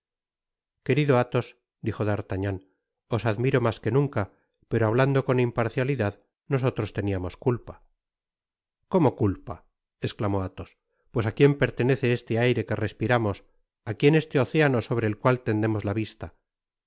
querido athos dijo d'artagnan os admiro mas que nunca pero hablando con imparcialidad nosotros teniamos culpa cómo culpa esclamó athos pues á quién pertenece este aire que respiramos á quién este océano sobre el cual tendemos la vista